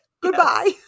Goodbye